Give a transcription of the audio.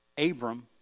Abram